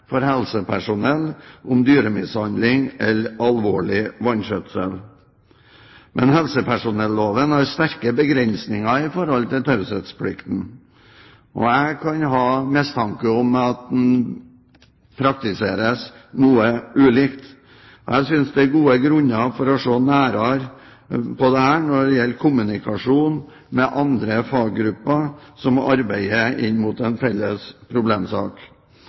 for helsepersonell om dyremishandling eller alvorlig vanskjøtsel. Men helsepersonelloven har sterke begrensninger i forhold til taushetsplikten. Jeg kan ha mistanke om at den praktiseres noe ulikt. Jeg synes det er gode grunner til å se nærmere på denne når det gjelder kommunikasjon med andre faggrupper som arbeider inn mot en felles problemsak.